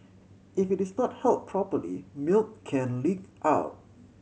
if it is not held properly milk can leak out